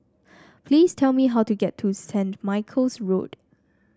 please tell me how to get to Saint Michael's Road